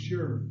Sure